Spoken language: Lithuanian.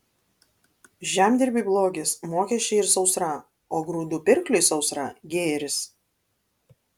žemdirbiui blogis mokesčiai ir sausra o grūdų pirkliui sausra gėris